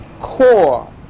core